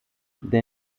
der